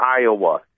Iowa